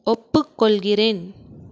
ஒப்புக்கொள்கிறேன்